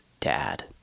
dad